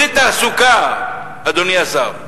אדוני השר,